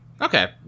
Okay